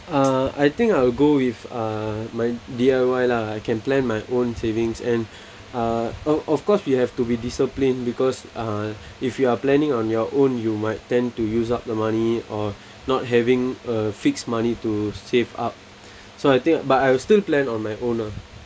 uh I think I'll go with uh my D_I_Y lah I can plan my own savings and uh of of course you have to be disciplined because uh if you are planning on your own you might tend to use up the money or not having a fixed money to save up so I think but I'll still plan on my own ah